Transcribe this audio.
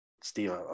Steve